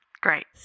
great